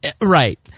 Right